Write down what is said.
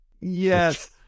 Yes